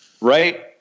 Right